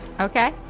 Okay